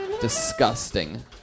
Disgusting